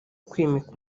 kwimika